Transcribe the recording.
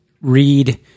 read